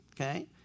Okay